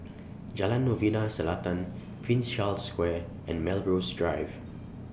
Jalan Novena Selatan Prince Charles Square and Melrose Drive